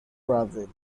brazil